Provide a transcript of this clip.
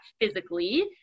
physically